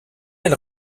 elle